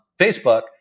Facebook